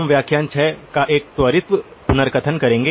हम व्याख्यान 6 का एक त्वरित पुनर्कथन करेंगे